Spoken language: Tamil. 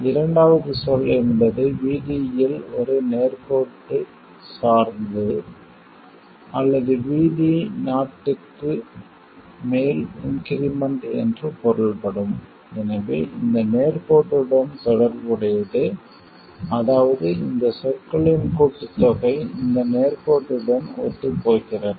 இரண்டாவது சொல் என்பது VD இல் ஒரு நேர்கோட்டு சார்ந்து அல்லது VD0 க்கு மேல் இன்க்ரிமென்ட் என்று பொருள்படும் எனவே இந்த நேர்கோட்டுடன் தொடர்புடையது அதாவது இந்த சொற்களின் கூட்டுத்தொகை இந்த நேர்கோட்டுடன் ஒத்துப்போகிறது